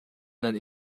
nan